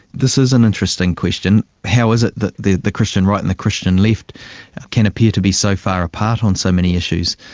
this is an interesting question. how is it that the the christian right and the christian left can appear to be so far apart on so many issues?